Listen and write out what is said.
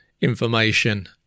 information